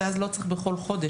ואז לא צריך "בכל חודש",